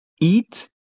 Eat